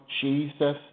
Jesus